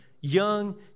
young